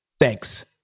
Thanks